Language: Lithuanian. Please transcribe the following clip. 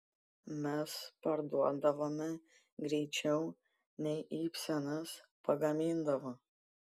mes parduodavome greičiau nei ibsenas pagamindavo